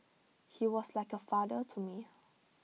he was like A father to me